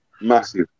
massive